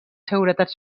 seguretat